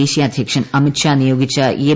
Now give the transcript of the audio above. ദേശീയ അദ്ധ്യക്ഷൻ അമിത് ഷാ നിയോഗിച്ച എം